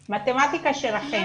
זו המתמטיקה שלכם.